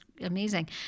amazing